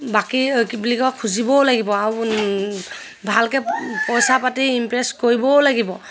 বাকী কি বুলি কয় খুজিবও লাগিব আৰু ভালকে পইচা পাতি ইমপ্ৰেছ কৰিবও লাগিব